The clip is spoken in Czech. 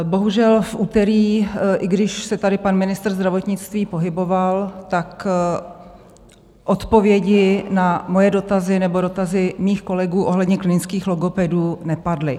Bohužel, v úterý, i když se tady pan ministr zdravotnictví pohyboval, odpovědi na moje dotazy nebo dotazy mých kolegů ohledně klinických logopedů nepadly.